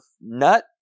nut